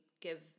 give